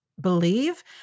believe